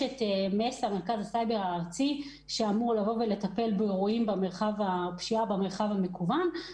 יש את מרכז הסיבר הארצי שאמור לטפל בפשיעה במרחב המקוון.